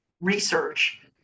research